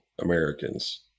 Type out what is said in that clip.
Americans